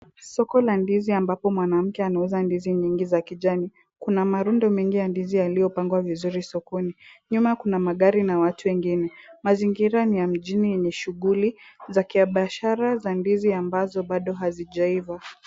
Soko la ndizi ambapo mwanamke anauza ndizi nyingi za kijani ,kuna marundo mengi ya ndizi yaliyopangwa vizuri sokoni ,nyuma kuna magari na watu wengine ,mazingira ni ya mjini yenye shughli za kibiashara za ndizi ambazo bado hazijaiva .